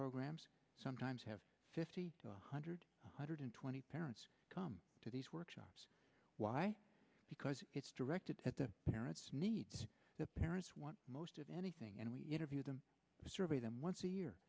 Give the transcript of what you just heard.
programs sometimes have fifty to one hundred hundred twenty parents come to these workshops why because it's directed at the parents needs the parents want most of anything and we interview them by them once a year